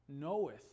knoweth